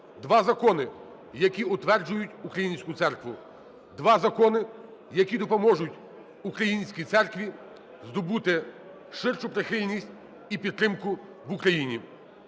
Два закони, які утверджують українську церкву. Два закони, які допоможуть українській церкві здобути ширшу прихильність і підтримку в Україні.